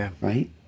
right